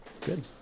good